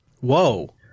Whoa